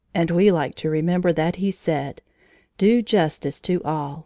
and we like to remember that he said do justice to all,